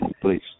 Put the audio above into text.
please